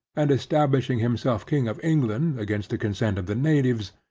and establishing himself king of england against the consent of the natives,